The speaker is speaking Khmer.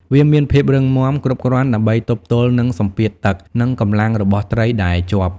វាមានភាពរឹងមាំគ្រប់គ្រាន់ដើម្បីទប់ទល់នឹងសម្ពាធទឹកនិងកម្លាំងរបស់ត្រីដែលជាប់។